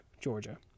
Georgia